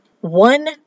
One